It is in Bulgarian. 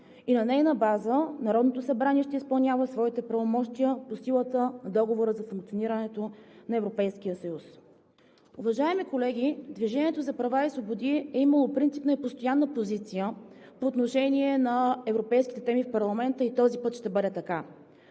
На нейна база Народното събрание ще изпълнява своите правомощия по силата на Договора за функционирането на Европейския съюз. Уважаеми колеги, „Движението за права и свободи“ е имало принципна и постоянна позиция по отношение на европейските теми в парламента и този път ще бъде така.